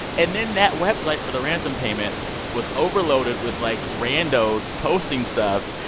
and then that website for the ransom payment was overloaded with, like randos posting stuff.